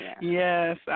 Yes